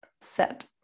set